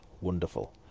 wonderful